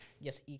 yes